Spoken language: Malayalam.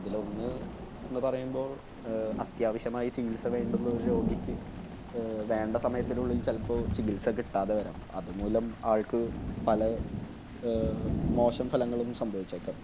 അതിലൊന്നെന്നു പറയുമ്പോൾ അത്യാവശ്യമായി ചികിത്സ വേണ്ടുന്നൊരു രോഗിക്ക് വേണ്ട സമയത്തിനുള്ളിൽ ചിലപ്പോൾ ചികിത്സ കിട്ടാതെ വരാം അതുമൂലം ആൾക്ക് പല മോശം ഫലങ്ങളും സംഭവിച്ചേക്കാം